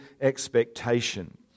expectation